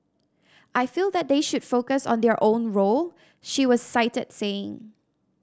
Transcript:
I feel that they should focus on their own role she was cited saying